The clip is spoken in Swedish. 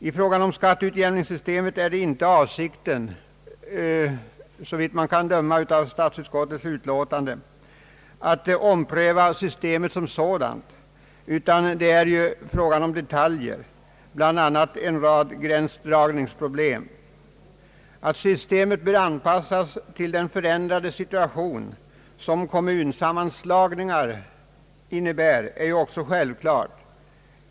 I fråga om skatteutjämningssystemet är inte avsikten, att döma av statsutskottets utlåtande, att ompröva systemet som sådant, utan det är ju här fråga om detaljer, bl.a. en rad gränsdragningsproblem. Att systemet bör anpassas till den förändrade situation som kommunsammanslagningar innebär är ju också självklart.